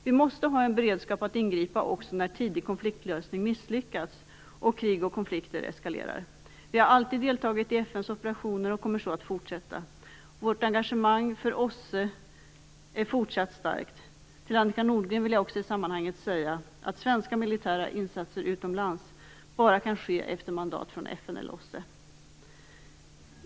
Vi måste ha en beredskap att ingripa också när tidig konfliktlösning misslyckats och krig och konflikter eskalerar. Vi har alltid deltagit i FN:s operationer och kommer så att fortsätta. Vårt engagemang för OSSE är fortsatt starkt. Till Annika Nordgren vill jag också i sammanhanget säga att svenska mlitära insatser utomlands bara kan ske efter mandat från FN eller OSSE.